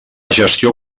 gestió